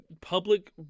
public